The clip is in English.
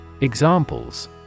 Examples